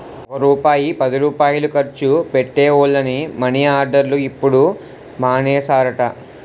ఒక్క రూపాయి పదిరూపాయలు ఖర్చు పెట్టే వోళ్లని మని ఆర్డర్లు ఇప్పుడు మానేసారట